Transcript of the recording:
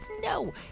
No